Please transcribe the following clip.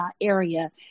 area